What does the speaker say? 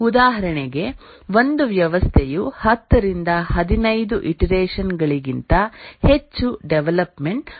ಉದಾಹರಣೆಗೆ ಒಂದು ವ್ಯವಸ್ಥೆಯು 10 ರಿಂದ 15 ಇಟರೆಷನ್ ಗಳಿಗಿಂತ ಹೆಚ್ಚು ಡೆವಲಪ್ಮೆಂಟ್ ಹೊಂದಬಹುದು